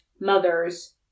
mothers